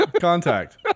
contact